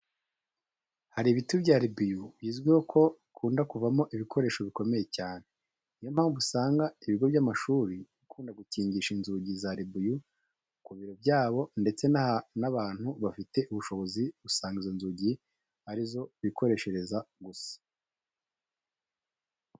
Hari ibiti bya ribuyu bizwiho ko bikunda kuvamo ibikoresho bikomera cyane. Ni yo mpamvu uzasanga ibigo by'amashuri bikunda gukingisha inzugi za ribuyu ku biro byabo ndetse n'abantu bafite ubushobozi usanga izo nzugi ari zo bikoreshereza gusa.